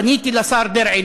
פניתי לשר דרעי,